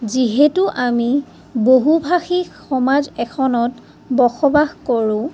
যিহেতু আমি বহুভাষী সমাজ এখনত বসবাস কৰোঁ